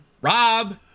Rob